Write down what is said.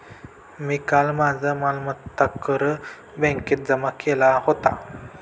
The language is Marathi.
मी काल माझा मालमत्ता कर बँकेत जमा केला होता